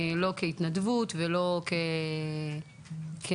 לא כהתנדבות ולא כנספח.